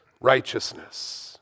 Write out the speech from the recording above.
righteousness